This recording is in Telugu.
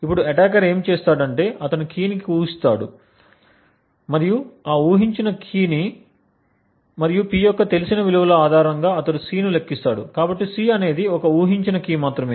ఇప్పుడు అటాకర్ ఏమి చేస్తాడంటే అతను కీ ని ఊహిస్తాడు మరియు ఆ ఊహించిన కీ మరియు P యొక్క తెలిసిన విలువ ఆధారంగా అతను C ను లెక్కిస్తాడు కాబట్టి C అనేది ఒక ఊహించిన కీ మాత్రమే